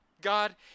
God